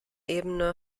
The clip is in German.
ebene